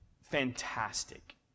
fantastic